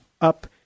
up